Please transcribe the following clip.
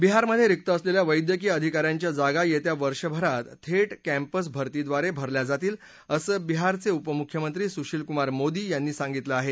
बिहारमधे रिक्त असलेल्या वैद्यकीय अधिका यांच्या जागा येत्या वर्षभरात थेट कॅम्पस भरतीब्रारे भरल्या जातील असं बिहारचे उपमुख्यमंत्री सुशिलकुमार मोदी यांनी म्हटलं आहे